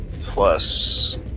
plus